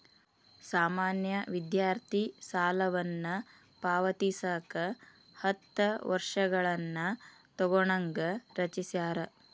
ಸಾಮಾನ್ಯ ವಿದ್ಯಾರ್ಥಿ ಸಾಲವನ್ನ ಪಾವತಿಸಕ ಹತ್ತ ವರ್ಷಗಳನ್ನ ತೊಗೋಣಂಗ ರಚಿಸ್ಯಾರ